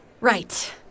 Right